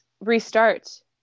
restart